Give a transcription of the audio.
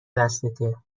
دستته